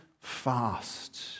fast